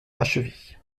achevée